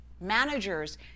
Managers